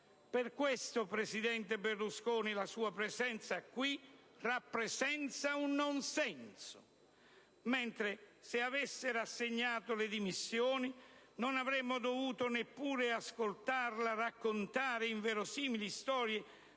Per questo, presidente Berlusconi, la sua presenza qui rappresenta un nonsenso, mentre, se avesse rassegnato le dimissioni, non avremmo dovuto neppure ascoltarla raccontare in verosimili storie